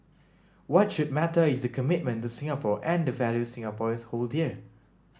what should matter is the commitment to Singapore and the values Singaporeans hold dear